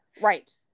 Right